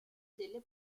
delle